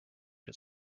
his